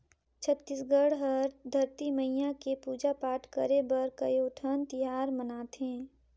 छत्तीसगढ़ हर धरती मईया के पूजा पाठ करे बर कयोठन तिहार मनाथे